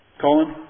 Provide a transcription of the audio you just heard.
Colin